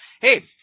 hey